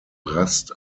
rast